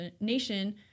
nation